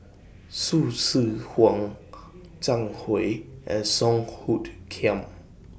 Hsu Tse Kwang Zhang Hui and Song Hoot Kiam